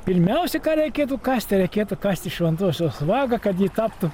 pirmiausia ką reikėtų kast tai reikėtų kasti šventosios vagą kad ji taptų